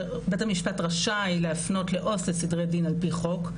שבית המשפט רשאי להפנות לעו"ס לסדרי דין על פי חוק,